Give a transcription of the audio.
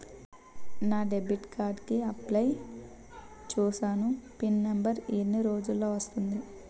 నా debit card కి apply చూసాను పిన్ నంబర్ ఎన్ని రోజుల్లో వస్తుంది?